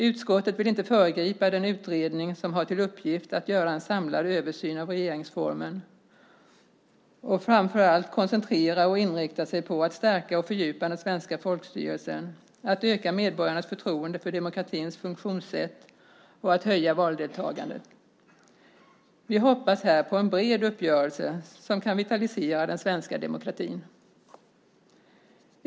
Utskottet vill inte föregripa den utredningen, som har till uppgift att göra en samlad översyn av regeringsformen och framför allt koncentrera och inrikta sig på att stärka och fördjupa den svenska folkstyrelsen, att öka medborgarnas förtroende för demokratins funktionssätt och att höja valdeltagandet. Vi hoppas här på en bred uppgörelse som kan vitalisera den svenska demokratin.